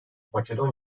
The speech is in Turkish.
makedon